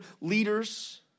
leaders